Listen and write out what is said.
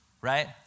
right